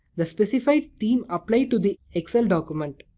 the specified theme applied to the excel document.